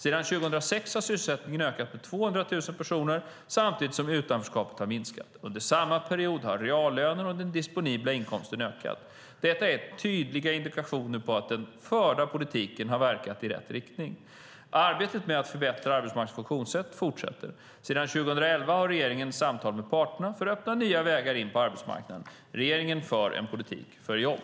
Sedan 2006 har sysselsättningen ökat med 200 000 personer samtidigt som utanförskapet har minskat. Under samma period har reallönerna och den disponibla inkomsten ökat. Detta är tydliga indikationer på att den förda politiken har verkat i rätt riktning. Arbetet med att förbättra arbetsmarknadens funktionssätt fortsätter. Sedan 2011 har regeringen samtal med parterna för att öppna nya vägar in på arbetsmarknaden. Regeringen för en politik för jobb.